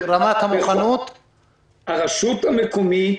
הרשות המקומית